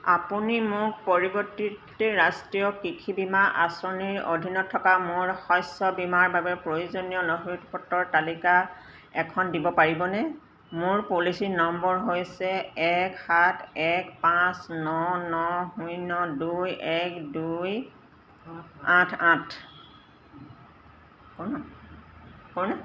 আপুনি মোক পৰিৱৰ্তিত ৰাষ্ট্ৰীয় কৃষি বীমা আঁচনিৰ অধীনত থকা মোৰ শস্য বীমাৰ বাবে প্ৰয়োজনীয় নথিপত্ৰৰ তালিকা এখন দিব পাৰিবনে মোৰ পলিচী নম্বৰ হৈছে এক সাত এক পাঁচ ন ন শূন্য দুই এক দুই আঠ আঠ হ'ল নাই হ'ল ন